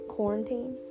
Quarantine